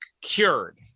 cured